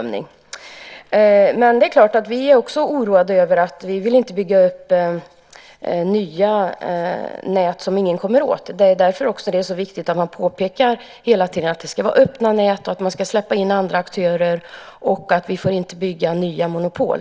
Men det är klart att vi också är oroade. Vi vill inte bygga upp nya nät som ingen kommer åt. Det är därför som det också är viktigt att man hela tiden påpekar att det ska vara öppna nät, att man ska släppa in andra aktörer och att vi inte får bygga nya monopol.